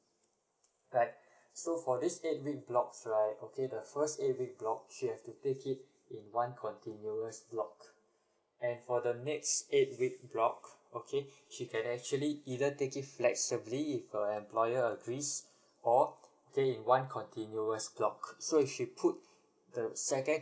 right so for this eight weeks block right okay the first eight weeks block she have to take it in one continuous block and for the next eight weeks block okay she can actually either take it flexibly if her employer agree or clear in one continuous block so if she put the second